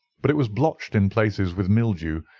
but it was blotched in places with mildew,